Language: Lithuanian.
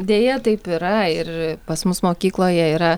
deja taip yra ir pas mus mokykloje yra